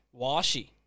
Washi